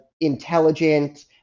intelligent